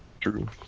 True